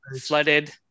flooded